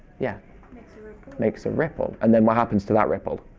yeah makes a ripple. and then what happens to that ripple?